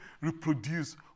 reproduce